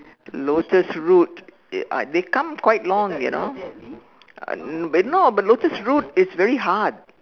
lotus root it uh they come quite long you know uh no but lotus root is very hard